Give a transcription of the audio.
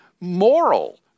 moral